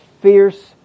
fierce